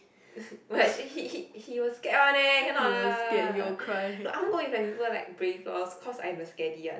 but actually he he he will scared one leh cannot lah no I want go with people like brave lor cause I am the scaredy one